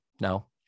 No